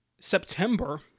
September